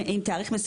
תודה, אדוני.